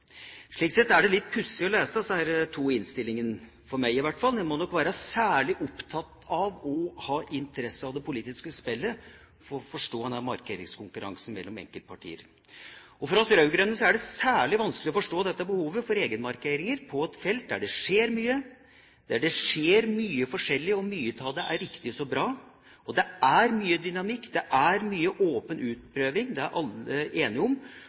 Slik sett er det litt pussig å lese disse to innstillingene, for meg i hvert fall. En må nok være særlig opptatt av og ha interesse for det politiske spillet for å forstå denne markeringskonkurransen mellom enkeltpartier. For oss rød-grønne er det særlig vanskelig å forstå dette behovet for egenmarkeringer på et felt der det skjer mye, der det skjer mye forskjellig. Mye av det er riktig så bra, det er mye dynamikk, og det er mye åpen utprøving, det er alle enige om. Og alle er enige om